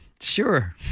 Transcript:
Sure